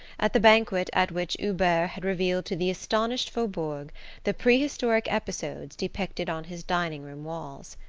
at the banquet at which hubert had revealed to the astonished faubourg the prehistoric episodes depicted on his dining-room walls.